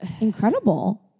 Incredible